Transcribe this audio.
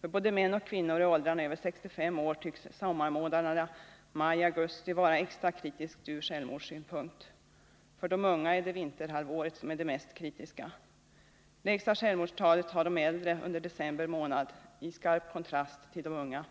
För både män och kvinnor i åldrarna över 65 år tycks sommarmånaderna maj-augusti vara extra kritiska älvmordssynpunkt. För de unga är det vinterhalvåret som är det mest kritiska. Lägsta självmordstalet har de äldre under december månad —-i skarp kontrast till de unga.